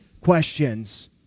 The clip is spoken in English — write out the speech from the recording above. questions